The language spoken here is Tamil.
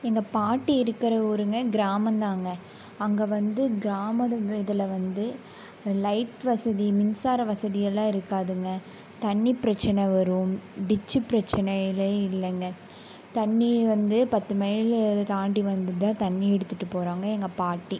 எங்கள் பாட்டி இருக்கிற ஊருங்க கிராமந்தாங்க அங்கே வந்து கிராமத்து இதில் வந்து லைட் வசதி மின்சார வசதியெல்லாம் இருக்காதுங்க தண்ணீர் பிரச்சனை வரும் டிச்சு பிரச்சனயல்லாம் இல்லைங்க தண்ணீர் வந்து பத்து மையிலு தாண்டி வந்துதான் தண்ணீர் எடுத்துகிட்டு போகிறாங்க எங்கள் பாட்டி